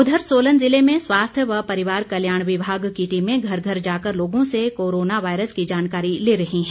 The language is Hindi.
उधर सोलन जिले में स्वास्थ्य व परिवार कल्याण विभाग की टीमें घर घर जाकर लोगों से कोरोना वायरस की जानकारी ले रही है